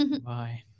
Bye